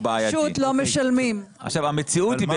זה בעייתי.